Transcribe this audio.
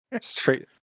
Straight